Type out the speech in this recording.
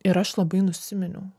ir aš labai nusiminiau